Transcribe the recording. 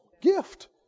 gift